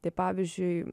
tai pavyzdžiui